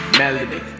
melody